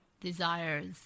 desires